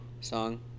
song